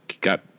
got